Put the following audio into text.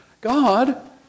God